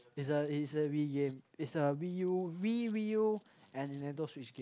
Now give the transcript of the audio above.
is a is a Wii game is a Wii U Wii U and Nintendo switch game